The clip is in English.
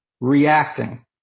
reacting